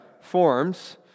forms